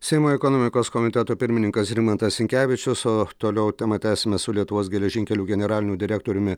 seimo ekonomikos komiteto pirmininkas rimantas sinkevičius o toliau temą tęsime su lietuvos geležinkelių generaliniu direktoriumi